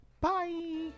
Bye